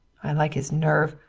i like his nerve!